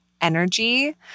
energy